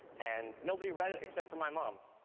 and nobody read it except for my mom.